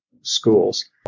schools